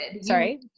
sorry